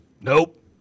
Nope